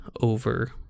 over